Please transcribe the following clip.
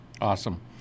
Awesome